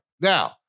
Now